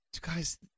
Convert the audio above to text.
guys